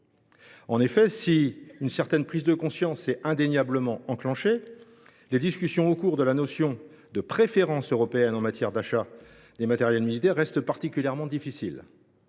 En effet, si une certaine prise de conscience s’est indéniablement enclenchée, les discussions sur la notion de préférence européenne en matière d’achat de matériels militaires restent particulièrement difficiles,